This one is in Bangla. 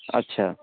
আচ্ছা